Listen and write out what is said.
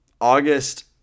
August